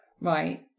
Right